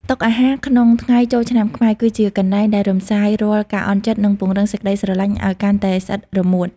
តុអាហារក្នុងថ្ងៃចូលឆ្នាំខ្មែរ គឺជាកន្លែងដែលរំសាយរាល់ការអន់ចិត្ត និងពង្រឹងសេចក្ដីស្រឡាញ់ឱ្យកាន់តែស្អិតរមួត។